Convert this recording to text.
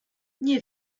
nie